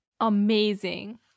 Amazing